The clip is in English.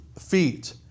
feet